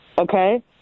Okay